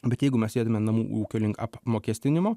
bet jeigu mes judame namų ūkio link apmokestinimo